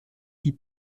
die